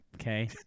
okay